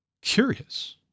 Curious